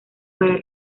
para